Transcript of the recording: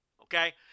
okay